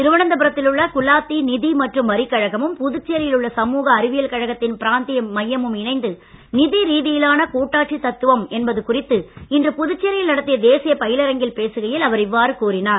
திருவனந்தபுரத்தில் உள்ள குலாத்தி நிதி மற்றும் வரிக் கழகமும் புதுச்சேரியில் உள்ள சமூக அறிவியல் கழகத்தின் பிராந்திய மையமும் இணைந்து நிதி ரீதியிலான கூட்டாட்சித் தத்துவம் என்பது குறித்து இன்று புதுச்சேரியில் நடத்திய தேசிய பயிலரங்கில் பேசுகையில் அவர் இவ்வாறு கூறினார்